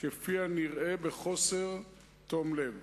כפי הנראה, בחוסר תום לב.